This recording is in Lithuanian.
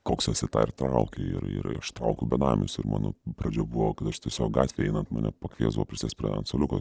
koks esi tą ir trauki ir ir aš traukiu benamius ir mano pradžia buvo kad aš tiesiog gatvėj einant mane pakviesdavo prisėst prie ant suoliuko